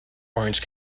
orange